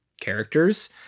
characters